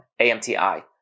AMTI